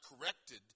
corrected